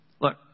Look